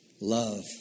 Love